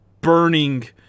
burning